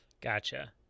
Gotcha